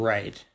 Right